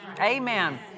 Amen